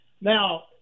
Now